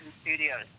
Studios